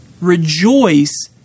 rejoice